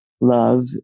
love